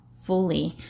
fully